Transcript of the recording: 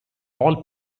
all